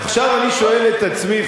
עכשיו אני שואל את עצמי,